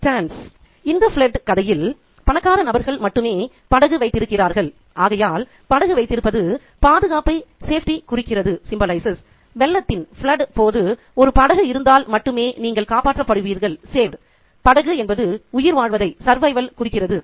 'in the flood' கதையில் பணக்கார நபர்கள் மட்டுமே படகு வைத்திருக்கிறார்கள் ஆகையால் படகு வைத்திருப்பது பாதுகாப்பை குறிக்கிறது வெள்ளத்தின் போது ஒரு படகு இருந்தால் மட்டுமே நீங்கள் காப்பாற்றப்படுவீர்கள்படகு என்பது உயிர்வாழ்வதைக் குறிக்கிறது